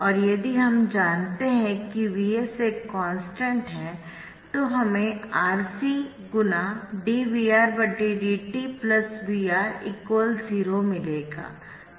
और यदि हम जानते है कि Vs एक कॉन्स्टन्ट है तो हमें RC × dVR dt VR 0 मिलेगा